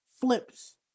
flips